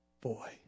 boy